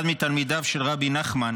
אחד מתלמידיו של רבי נחמן